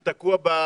זה תקוע באנרגיה,